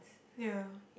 ya